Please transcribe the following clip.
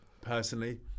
personally